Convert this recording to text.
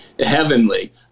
heavenly